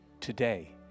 today